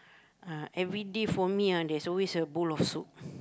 uh every day for me ah there's always a bowl of soup